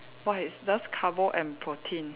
!wah! it's just carbo and protein